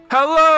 Hello